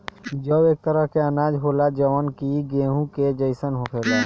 जौ एक तरह के अनाज होला जवन कि गेंहू के जइसन होखेला